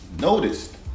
Noticed